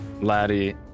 laddie